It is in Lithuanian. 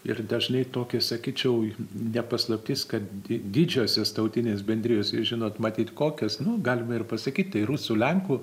ir dažnai tokią sakyčiau ne paslaptis kad di didžiosios tautinės bendrijos žinot matyt kokios nu galima ir pasakyt tai rusų lenkų